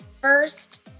First